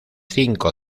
cinco